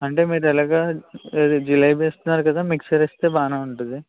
అంటే మీరు ఎలాగో అది జిలేబి ఇస్తున్నారు కదా మిక్చర్ ఇస్తే బాగా ఉంటుంది